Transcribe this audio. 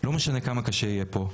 לא משנה כמה קשה יהיה פה.